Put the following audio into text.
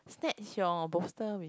snatch your bolster with